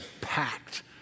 packed